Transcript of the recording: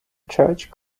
church